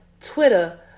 Twitter